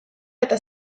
eta